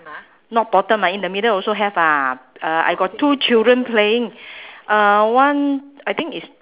not bottom ah in the middle also have ah uh I got two children playing uh one I think is